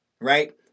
right